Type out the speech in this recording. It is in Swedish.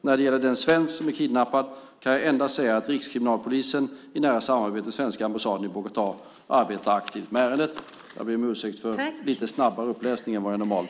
När det gäller den svensk som är kidnappad kan jag endast säga att Rikskriminalpolisen i nära samarbete med svenska ambassaden i Bogotá arbetar aktivt med ärendet.